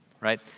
right